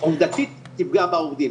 עובדתית תפגע בעובדים.